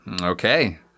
Okay